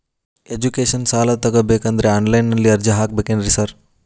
Education ಸಾಲ ತಗಬೇಕಂದ್ರೆ online ನಲ್ಲಿ ಅರ್ಜಿ ಹಾಕ್ಬೇಕೇನ್ರಿ ಸಾರ್?